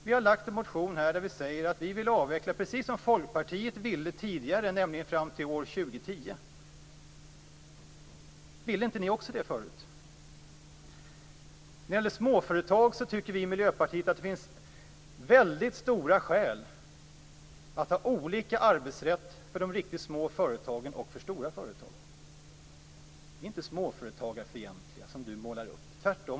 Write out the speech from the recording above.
Vi har väckt en motion där vi säger att vi vill avveckla kärnkraften, precis som Folkpartiet ville tidigare, nämligen fram till år 2010. Ville inte Folkpartiet också det förut? När det gäller småföretag tycker vi i Miljöpartiet att det finns väldigt starka skäl att ha olika arbetsrättsregler för de riktigt små företagen och för stora företag. Vi är inte småföretagarfientliga, som Lars Leijonborg målar upp - tvärtom.